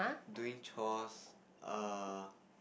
doing chores uh